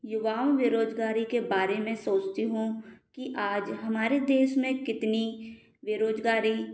युवाओं बेरोजगारी के बारे में सोचती हूँ कि आज हमारे देश में कितनी बेरोजगारी